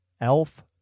Elf